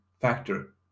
factor